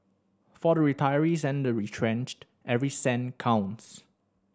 for the retirees and the retrenched every cent counts